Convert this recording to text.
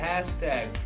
Hashtag